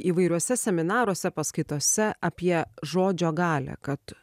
įvairiuose seminaruose paskaitose apie žodžio galią kad